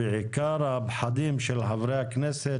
בעיקר הפחדים של חברי הכנסת,